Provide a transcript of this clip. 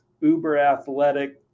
uber-athletic